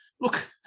look